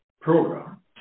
program